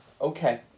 Okay